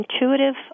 intuitive